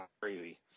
crazy